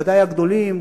בוודאי הגדולים,